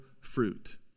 fruit